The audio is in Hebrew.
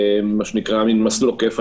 מין מסלול עוקף.